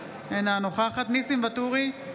אינה נוכחת ניסים ואטורי,